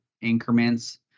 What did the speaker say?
increments